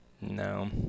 No